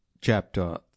Chapter